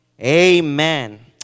Amen